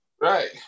Right